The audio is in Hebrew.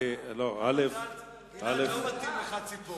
גלעד, לא מתאים לך, צפורה.